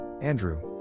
Andrew